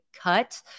cut